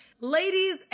Ladies